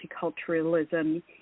multiculturalism